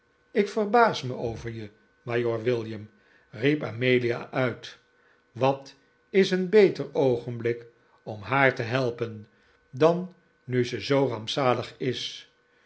ik verbaas mij over je majoor william riep amelia uit wat is een beter oogenblik om haar te helpen dan nu ze zoo rampzalig is